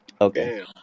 Okay